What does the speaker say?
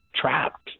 trapped